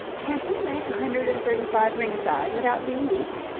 can he make a hundred and thirty-five ringside without being weak?